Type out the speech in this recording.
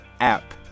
app